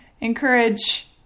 encourage